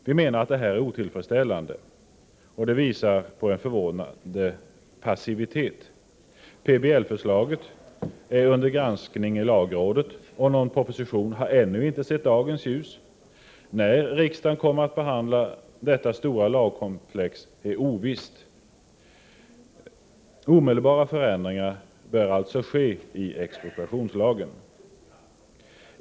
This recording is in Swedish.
Vi menar att detta är otillfredsställande och visar på en förvånande passivitet. PBL-förslaget är under granskning i lagrådet, och någon proposition har ännu inte sett dagens ljus. När riksdagen kommer att behandla detta stora lagkomplex är ovisst. Omedelbara förändringar bör alltså ske i expropriationslagen.